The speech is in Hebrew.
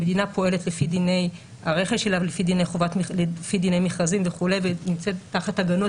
המדינה פועלת לפי דיני הרכש שלה ולפי דיני מכרזים וכו' ונמצאת תחת הגנות